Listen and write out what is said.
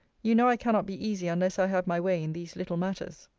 you know i cannot be easy unless i have my way in these little matters.